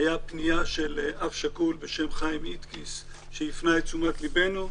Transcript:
הייתה פנייה של אב שכול בשם חיים איטקיס שהפנה את תשומת ליבנו.